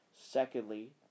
Secondly